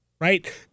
right